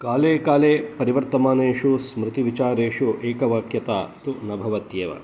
काले काले परिवर्तमानेषु स्मृतिविचारेषु एकवाक्यता तु न भवत्येव